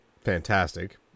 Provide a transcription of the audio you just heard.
fantastic